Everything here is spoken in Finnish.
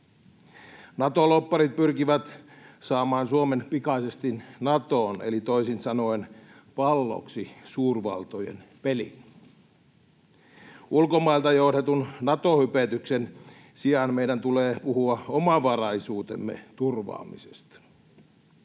Nato-lobbarit pyrkivät saamaan Suomen pikaisesti Natoon eli toisin sanoen palloksi suurvaltojen peliin. Ulkomailta johdetun Nato-hypetyksen sijaan meidän tulee puhua omavaraisuutemme turvaamisesta.